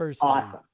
Awesome